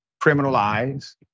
criminalize